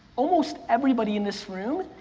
almost everybody in this room,